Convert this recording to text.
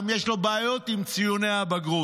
גם יש לו בעיות עם ציוני הבגרות.